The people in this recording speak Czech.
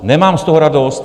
Nemám z toho radost.